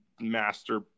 master